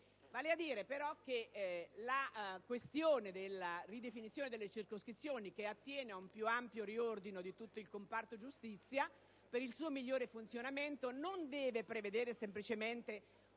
dal *referendum* stesso. La questione della ridefinizione delle circoscrizioni, che attiene ad un più ampio riordino di tutto il comparto giustizia per il suo migliore funzionamento, non deve prevedere semplicemente un tema